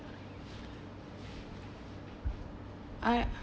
I